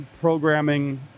programming